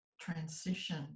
transition